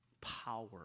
power